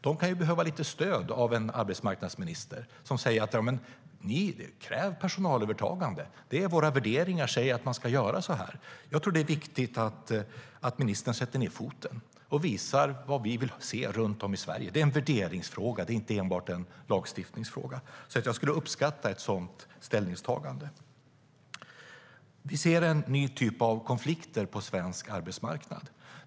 De kan behöva lite stöd av en arbetsmarknadsminister som säger: Kräv personalövertagande! Våra värderingar säger att man ska göra så. Jag tror att det är viktigt att ministern sätter ned foten och visar vad vi vill se runt om i Sverige. Det är en värderingsfråga och inte enbart en lagstiftningsfråga. Jag skulle därför uppskatta ett sådant ställningstagande. Vi ser en ny typ av konflikter på svensk arbetsmarknad.